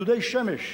בדודי שמש,